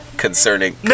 Concerning